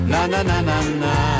Na-na-na-na-na